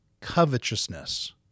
covetousness